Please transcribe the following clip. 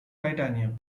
titanium